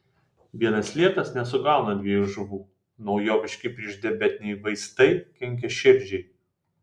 vienas sliekas nesugauna dviejų žuvų naujoviški priešdiabetiniai vaistai kenkia širdžiai